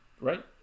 Right